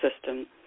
system